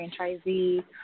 franchisee